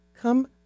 Come